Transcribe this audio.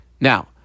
Now